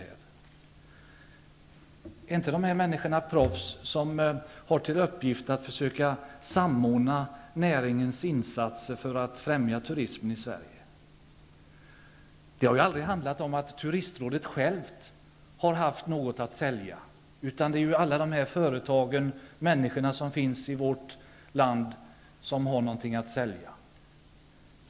Är inte dessa människor som har till uppgift att försöka samordna näringens insatser för att främja turismen i Sverige proffs? Det har aldrig varit så att Turistrådet har haft något att sälja, utan det är alla företag och människor som finns i vårt land som har något att sälja.